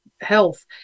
health